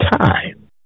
time